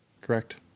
correct